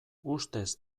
ustez